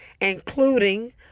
including